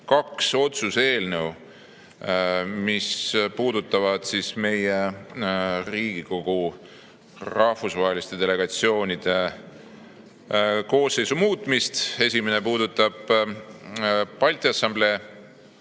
kaks otsuse eelnõu, mis puudutavad meie Riigikogu rahvusvaheliste delegatsioonide koosseisu muutmist. Esimene puudutab Balti Assamblee